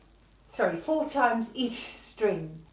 sorry four times each string.